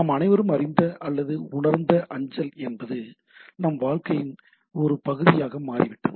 நாம் அனைவரும் அறிந்த அல்லது உணர்ந்த அஞ்சல் என்பது நம் வாழ்வின் ஒரு பகுதியாக மாறிவிட்டது